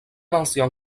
ancien